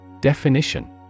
Definition